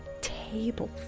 table